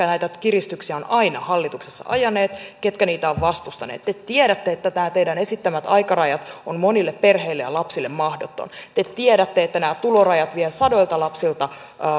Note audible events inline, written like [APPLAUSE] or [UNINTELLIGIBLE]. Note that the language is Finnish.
[UNINTELLIGIBLE] näitä kiristyksiä ovat aina hallituksessa ajaneet ketkä niitä ovat vastustaneet te tiedätte että teidän esittämänne aikaraja on monille perheille ja lapsille mahdoton te tiedätte että nämä tulorajat vievät sadoilta lapsilta